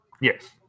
yes